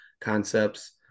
concepts